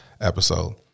episode